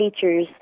features